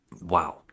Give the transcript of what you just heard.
wow